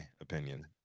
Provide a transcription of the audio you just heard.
opinion